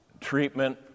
treatment